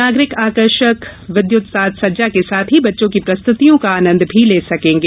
नागरिक आकर्षक विद्युत साज सज्जा के साथ ही बच्चों की प्रस्तुतियों का आनंद भी ले सकेंगे